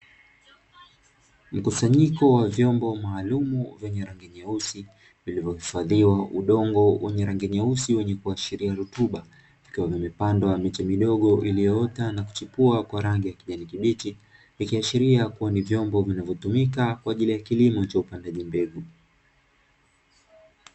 Mkusanyiko wa vyombo maalumu vyenye rangi nyeusi, vilivyohifadhiwa udongo wenye rangi nyeusi wenye kuashiria rutuba uliopandwa; miche midogo iliyoota na kuchipua kwa rangi ya kijani kibichi, ikiashiria kuwa ni vyombo vinavyotumika kwa ajili ya kilimo cha upandaji mbegu.